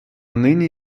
нині